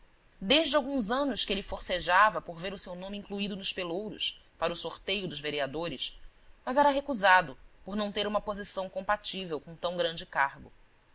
desde alguns anos que ele forcejava por ver o seu nome incluído nos pelouros para o sorteio dos vereadores mas era recusado por não ter uma posição compatível com tão grande cargo